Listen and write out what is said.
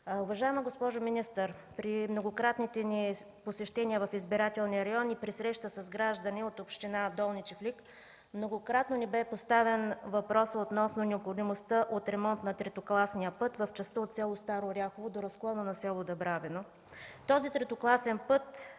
Уважаема госпожо министър, при многократните ни посещения в избирателния район и при среща с граждани от община Долни Чифлик многократно ни бе поставян въпрос относно необходимостта от ремонт на третокласния път в частта от село Старо Оряхово до разклона на село Дъбравино. Този третокласен път